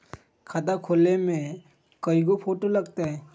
खाता खोले में कइगो फ़ोटो लगतै?